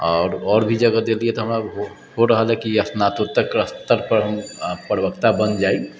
आओर भी जगह देली हँ तऽ हमरा हो रहल हइ कि स्नातकोत्तर स्तरतक हम प्रवक्ता बनि जाइ